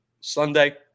Sunday